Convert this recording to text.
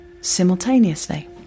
simultaneously